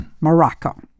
Morocco